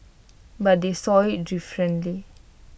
but they saw IT differently